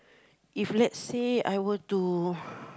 if let's say I were to